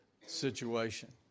situation